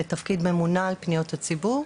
לתפקיד ממונה על פניות הציבור,